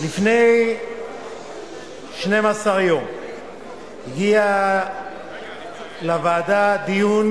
לפני 12 יום הגיע לוועדה דיון